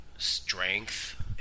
strength